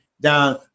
down